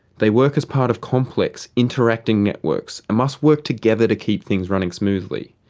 they work as part of complex, interacting networks and must work together to keep things running smoothly.